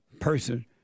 person